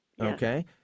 okay